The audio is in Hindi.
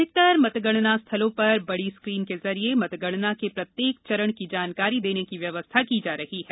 अधिकतकर मतगणना स्थलों पर बडी स्कीन के जरिए मतगणना के प्रत्येक चरण जानकारी देने की व्यवस्था की जा रही है